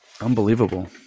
Unbelievable